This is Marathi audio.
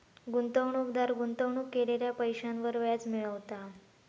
गुंतवणूकदार गुंतवणूक केलेल्या पैशांवर व्याज मिळवता